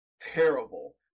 terrible